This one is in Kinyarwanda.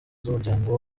z’umuryango